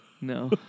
No